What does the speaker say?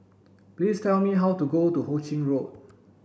please tell me how to go to Ho Ching Road